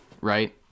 right